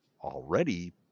already